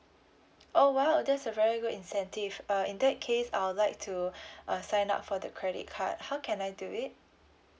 oh !wow! that's a very good incentive err in that case I'll like to uh sign up for the credit card how can I do it